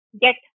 get